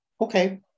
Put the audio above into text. Okay